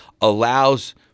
allows